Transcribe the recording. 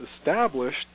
established